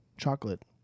chocolate